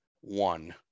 One